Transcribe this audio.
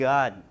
God